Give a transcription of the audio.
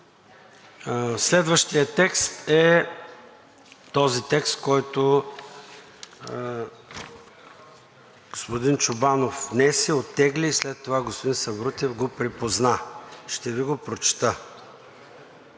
Следващият текст е този, който господин Чобанов внесе, оттегли и след това господин Сабрутев го припозна. Ще Ви го прочета: